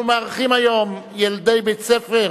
אנחנו מארחים היום ילדי בית-ספר,